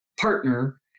partner